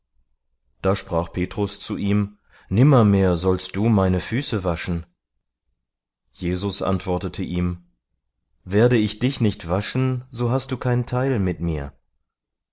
da sprach petrus zu ihm nimmermehr sollst du meine füße waschen jesus antwortete ihm werde ich dich nicht waschen so hast du kein teil mit mir